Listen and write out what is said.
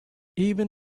even